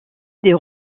des